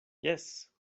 jes